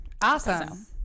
awesome